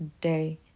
day